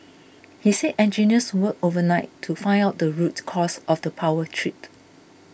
he said engineers worked overnight to find out the root cause of the power trip